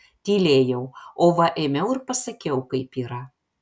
tylėjau o va ėmiau ir pasakiau kaip yra